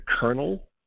kernel